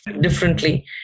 differently